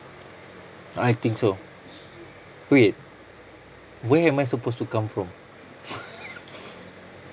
I think so wait where am I supposed to come from